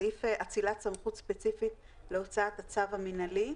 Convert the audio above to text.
סעיף אצילת סמכות ספציפית להוצאת הצו המינהלי.